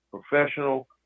professional